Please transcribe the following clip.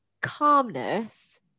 calmness